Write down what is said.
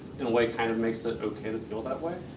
in a way kind of makes it okay to feel that way.